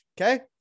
Okay